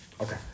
okay